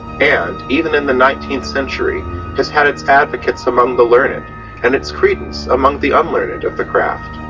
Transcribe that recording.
and. even in the nineteenth century has had it's advocates among the lerned and it's credence among the unlerned of the craft